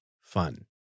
fun